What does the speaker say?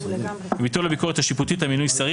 וביטול הביקורת השיפוטית על מינוי שרים